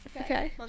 Okay